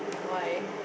why